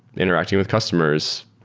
interacting with customers,